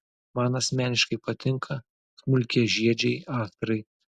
man asmeniškai patinka smulkiažiedžiai astrai